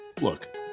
look